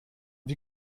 wie